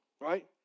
right